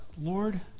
Lord